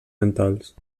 mentals